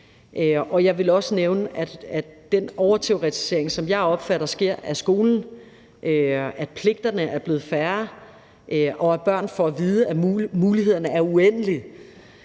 og jeg vil også nævne, at den overteoretisering, som jeg opfatter sker af skolen, at pligterne er blevet færre, og at børn får at vide, at mulighederne er uendelige,